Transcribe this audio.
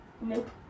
Nope